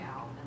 out